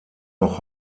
noch